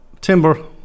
timber